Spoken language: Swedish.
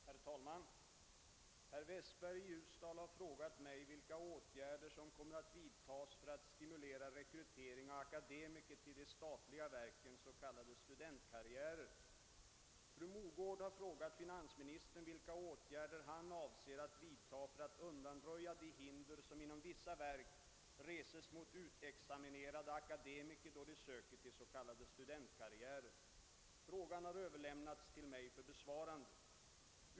Herr talman! Herr Westberg i Ljusdal har frågat mig vilka åtgärder som kommer att vidtas för att stimulera rekrytering av akademiker till de statliga verkens s.k. studentkarriärer. Fru Mogård har frågat finansministern vilka åtgärder han avser att vidta för att undanröja de hinder som inom vissa verk reses mot utexaminerade akademiker då de söker till s.k. studentkarriärer. Frågan har överlämnats till mig för besvarande.